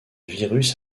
virus